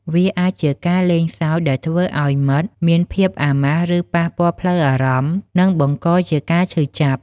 វាអាចជាការលេងសើចដែលធ្វើឱ្យមិត្តមានភាពអាម៉ាស់ ឬប៉ះពាល់ផ្លូវអារម្មណ៍ និងបង្កជាការឈឺចាប់។